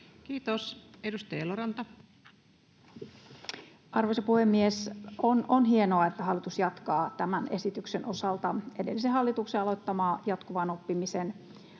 Kiitos. — Edustaja Eloranta. Arvoisa puhemies! On hienoa, että hallitus jatkaa tämän esityksen osalta edellisen hallituksen aloittamaa jatkuvan oppimisen